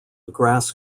grass